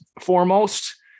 Foremost